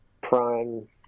prime